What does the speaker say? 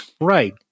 Right